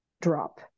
drop